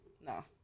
No